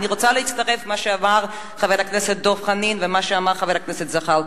אני רוצה להצטרף למה שאמר חבר הכנסת דב חנין ומה שאמר חבר הכנסת זחאלקה,